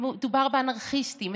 מדובר באנרכיסטים,